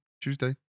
Tuesday